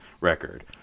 record